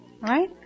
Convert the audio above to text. Right